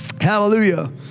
Hallelujah